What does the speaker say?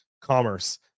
commerce